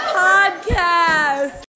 podcast